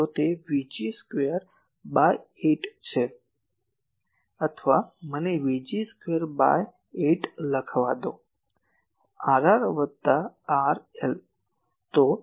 તો તે Vg square by 8 છે અથવા મને Vg સ્ક્વેર બાય 8 લખવા દો Rr વત્તા RL